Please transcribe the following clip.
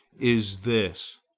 is this.